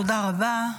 תודה רבה.